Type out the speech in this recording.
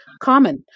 common